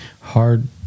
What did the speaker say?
hard